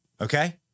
okay